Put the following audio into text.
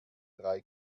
drei